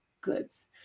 goods